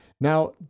Now